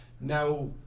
now